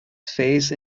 face